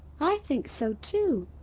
i think so too.